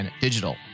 Digital